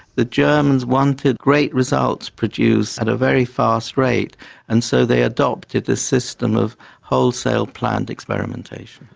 the germans wanted great results produced at a very fast rate and so they adopted this system of wholesale planned experimentation.